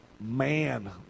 man